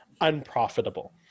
unprofitable